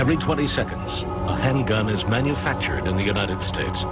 every twenty seconds and a gun is manufactured in the united states